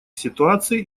ситуации